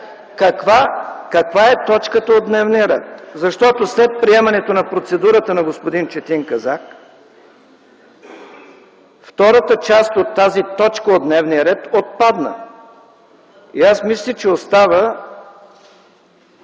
каква е точката от дневния ред, защото след приемането на процедурата на господин Четин Казак, втората част от тази точка от дневния ред отпадна. Аз мисля, че остава